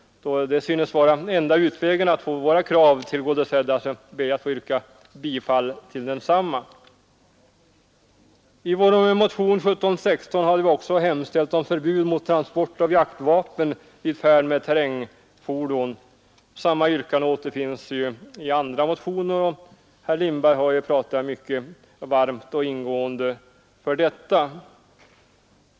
Då det synes vara enda utvägen att få våra krav tillgodosedda, ber jag att få yrka bifall till reservationens hemställan i punkten 1. I motionen 1716 hade vi också föreslagit förbud mot transport av jaktvapen vid färd med terrängfordon. Samma yrkande återfinns i andra motioner, och herr Lindberg har pratat mycket varmt och ingående för detta förslag.